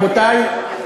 רבותי,